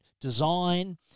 design